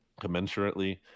Commensurately